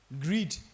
Greed